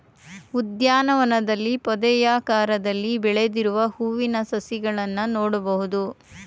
ಉದ್ಯಾನವನದಲ್ಲಿ ಪೊದೆಯಾಕಾರದಲ್ಲಿ ಬೆಳೆದಿರುವ ಹೂವಿನ ಸಸಿಗಳನ್ನು ನೋಡ್ಬೋದು